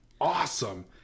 awesome